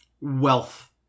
wealth